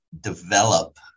develop